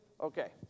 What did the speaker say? Okay